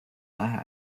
daher